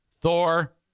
Thor